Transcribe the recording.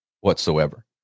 whatsoever